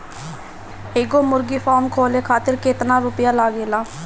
एगो मुर्गी फाम खोले खातिर केतना रुपया लागेला?